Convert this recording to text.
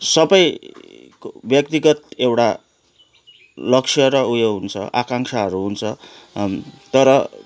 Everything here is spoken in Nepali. सबैको व्यक्तिगत एउटा लक्ष्य र उयो हुन्छ आकांक्षाहरू हुन्छ तर